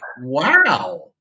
wow